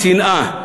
שנאה,